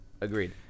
Agreed